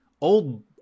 Old